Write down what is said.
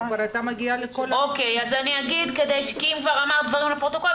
היא כבר הייתה מגיעה --- אם כבר אמרת דברים לפרוטוקול,